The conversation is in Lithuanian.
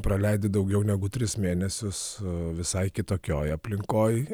praleidi daugiau negu tris mėnesius visai kitokioj aplinkoj